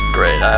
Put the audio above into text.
Great